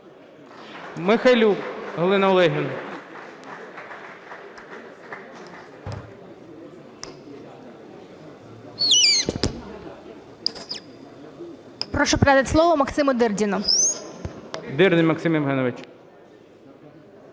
Дирдін Максим Євгенович.